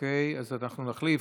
אוקיי, אז אנחנו נחליף.